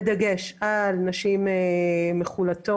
בדגש על נשים מחול"תות,